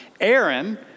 Aaron